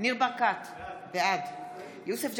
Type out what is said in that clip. ניר ברקת, בעד יוסף ג'בארין,